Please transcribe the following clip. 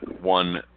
one